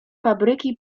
fabryki